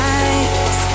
eyes